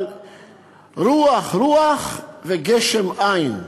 אבל רוח, רוח, וגשם אין.